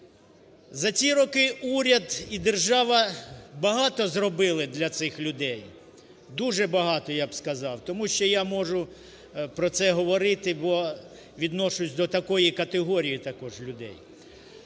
За ці роки уряд і держава багато зробили для цих людей. Дуже багато, я б сказав, тому що я можу про це говорити, бо відношусь до такої категорії, також, людей.